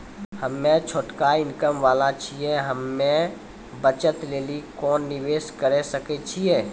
हम्मय छोटा इनकम वाला छियै, हम्मय बचत लेली कोंन निवेश करें सकय छियै?